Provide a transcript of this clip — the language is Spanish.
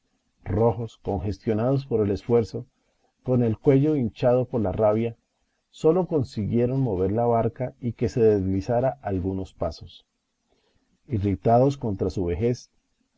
rojos congestionados por el esfuerzo con el cuello hinchado por la rabia sólo consiguieron mover la barca y que se deslizara algunos pasos irritados contra su vejez